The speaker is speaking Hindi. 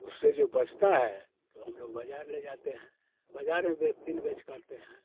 उससे जो बचता है तो हम लोग बाज़ार ले जाते हैं बाज़ार में बे किन बेच करते हैं